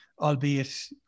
albeit